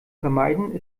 vermeiden